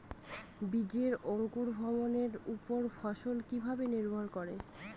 বীজের অঙ্কুর ভবনের ওপর ফলন কিভাবে নির্ভর করে?